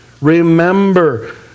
Remember